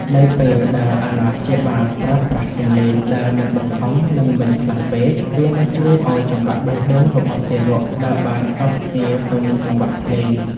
នៅពេលដែលអាណាព្យាបាលប្រើប្រាស់សំឡេងដែលមិនបង្ខំ និងមិនខ្លាំងពេក វានឹងជួយឱ្យចង្វាក់បេះដូងរបស់ទារកដើរបានស្របគ្នាទៅនឹងចង្វាក់ភ្លេង